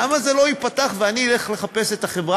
למה זה לא ייפתח ואני אלך לחפש את החברה